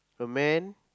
a man